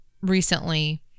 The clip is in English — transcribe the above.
recently